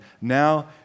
Now